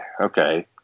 okay